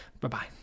Bye-bye